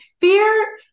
Fear